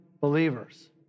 believers